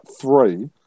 three